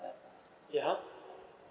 ya how